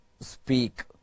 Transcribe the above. speak